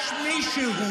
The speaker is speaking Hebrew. יש מישהו,